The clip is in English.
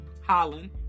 Holland